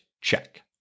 check